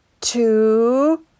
two